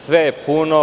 Sve je puno.